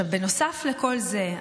נוסף לכל זה,